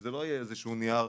שזה לא יהיה איזשהו נייר,